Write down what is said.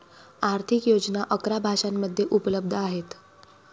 आर्थिक योजना अकरा भाषांमध्ये उपलब्ध आहेत